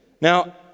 Now